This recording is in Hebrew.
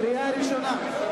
קריאה ראשונה.